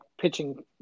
pitching